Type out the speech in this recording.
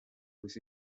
with